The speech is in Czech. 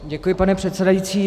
Děkuji, pane předsedající.